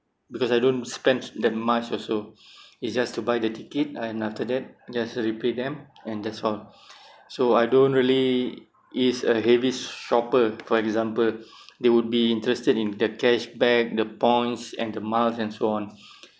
because I don't spend that much also it's just to buy the ticket and after that just repay them and that's all so I don't really is a heavy shopper for example they would be interested in the cash back the points and the miles and so on